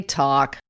talk